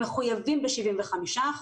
הם מחויבים ב-75%.